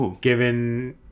given